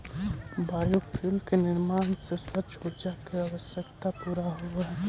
biofuel के निर्माण से स्वच्छ ऊर्जा के आवश्यकता पूरा होवऽ हई